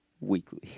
weekly